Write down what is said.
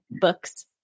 books